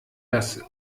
das